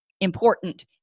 important